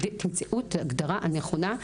תמצאו את ההגדרה הנכונה.